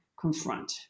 confront